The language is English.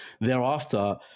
thereafter